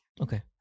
Okay